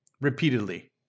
repeatedly